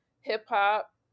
hip-hop